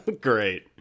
Great